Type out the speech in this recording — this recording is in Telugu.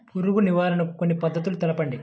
పురుగు నివారణకు కొన్ని పద్ధతులు తెలుపండి?